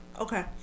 okay